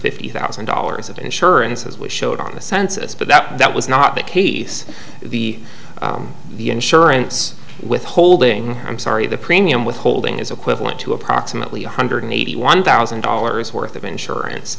fifty thousand dollars of insurance as we showed on the census but that was not the case the the insurance withholding i'm sorry the premium withholding is equivalent to approximately one hundred eighty one thousand dollars worth of insurance